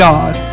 God